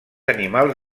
animals